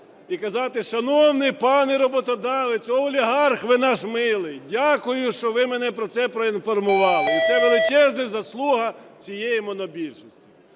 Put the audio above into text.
і казати: шановний пане роботодавець, олігарх ви наш милий, дякую, що ви мене про це проінформували. І це величезна заслуга цієї монобільшості.